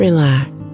Relax